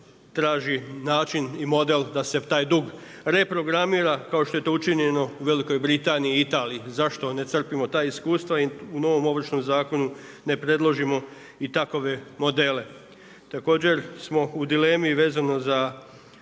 traži način i model da se taj dug reprogramira kao što je to učinjeno u Velikoj Britaniji i Italiji. Zašto ne crpimo ta iskustva i u novom Ovršnom zakonu ne predložimo i takove modele. Također smo u dilemi vezano za